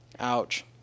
ouch